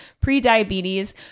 pre-diabetes